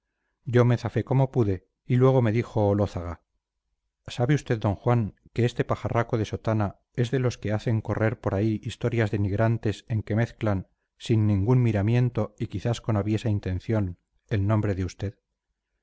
yo me zafé como pude y luego me dijo olózaga sabe usted d juan que este pajarraco de sotana es de los que hacen correr por ahí historias denigrantes en que mezclan sin ningún miramiento y quizás con aviesa intención el nombre de usted